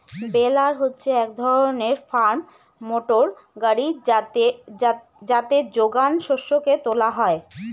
বেলার হচ্ছে এক ধরনের ফার্ম মোটর গাড়ি যাতে যোগান শস্যকে তোলা হয়